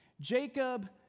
Jacob